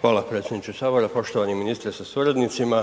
Hvala predsjedniče Sabora, poštovani ministre sa suradnicima.